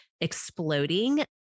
exploding